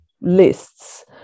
lists